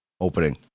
opening